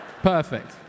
perfect